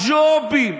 הג'ובים.